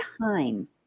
time